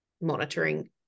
monitoring